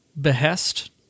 behest